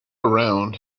around